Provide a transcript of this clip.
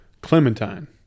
Clementine